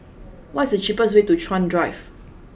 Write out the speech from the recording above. what is the cheapest way to Chuan Drive